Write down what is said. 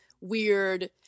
weird